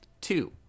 Two